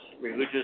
religious